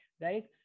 right